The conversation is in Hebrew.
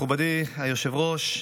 מכובדי היושב-ראש,